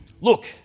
Look